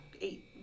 eight